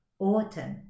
autumn